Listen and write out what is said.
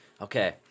Okay